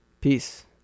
Peace